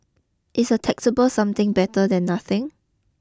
is a taxable something better than nothing